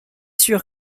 sûr